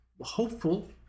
hopeful